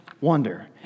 wonder